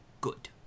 good